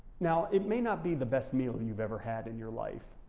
now, it may not be the best meal that you've ever had in your life,